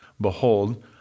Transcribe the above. behold